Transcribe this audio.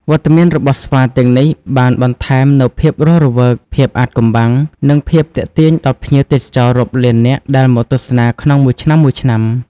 វត្តមានរបស់ស្វាទាំងនេះបានបន្ថែមនូវភាពរស់រវើក ភាពអាថ៌កំបាំង និងភាពទាក់ទាញដល់ភ្ញៀវទេសចររាប់លាននាក់ដែលមកទស្សនាក្នុងមួយឆ្នាំៗ។